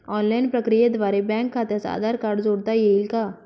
Online प्रक्रियेद्वारे bank खात्यास Aadhaar card जोडता येईल का?